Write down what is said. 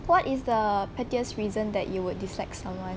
what is the pettiest reason that you would dislike someone